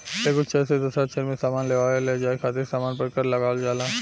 एगो क्षेत्र से दोसरा क्षेत्र में सामान लेआवे लेजाये खातिर सामान पर कर लगावल जाला